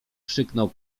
krzyknął